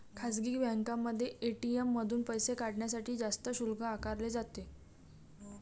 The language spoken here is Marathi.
खासगी बँकांमध्ये ए.टी.एम मधून पैसे काढण्यासाठी जास्त शुल्क आकारले जाते